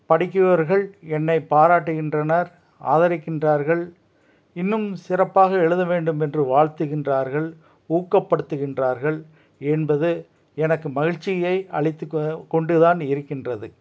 படிக்கிறவர்கள் என்னை பாராட்டுகின்றனர் ஆதரிக்கின்றார்கள் இன்னும் சிறப்பாக எழுத வேண்டும் என்று வாழ்த்துகின்றார்கள் ஊக்கப்படுத்துகின்றார்கள் என்பது எனக்கு மகிழ்ச்சியை அளித்து க கொண்டு தான் இருக்கின்றது